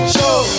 show